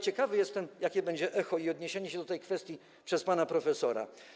Ciekawy jestem, jakie będzie tego echo i odniesienie się do tej kwestii przez pana profesora.